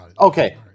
Okay